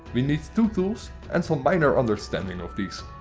we need two tools and some minor understanding of these.